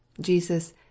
Jesus